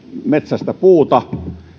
metsästä puuta